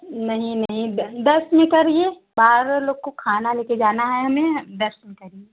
नहीं नहीं दस में करिए बारह लोग को खाना ले के जाना है हमें दस में करिये